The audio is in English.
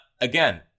again